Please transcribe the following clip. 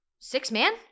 six-man